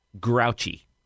grouchy